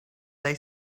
they